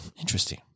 Interesting